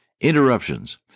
Interruptions